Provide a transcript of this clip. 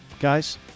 guys